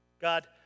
God